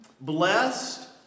blessed